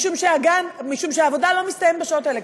משום שהעבודה לא מסתיימת בשעות האלה,